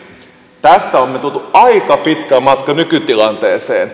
tästä olemme tulleet aika pitkän matkan nykytilanteeseen